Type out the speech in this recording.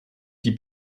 die